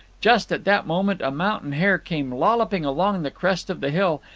just at that moment a mountain hare came lolloping along the crest of the hill,